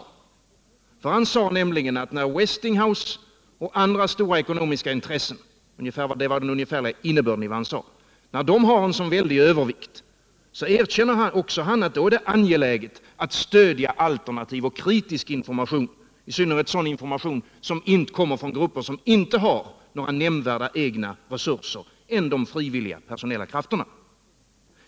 Den ungefärliga innebörden i det var att när Westinghouse och andra stora ekonomiska intressen har en sådan väldig övervikt erkänner också han att det är angeläget att stödja alternativ och kritisk information, i synnerhet information från grupper som inte har några nämnvärda egna resurser utöver de frivilliga personella krafterna.